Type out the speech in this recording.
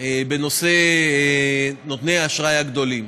בנושא נותני האשראי הגדולים.